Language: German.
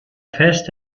fest